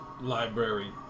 library